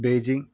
Beijing